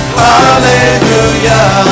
hallelujah